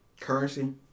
Currency